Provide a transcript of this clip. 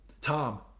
Tom